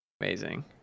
Amazing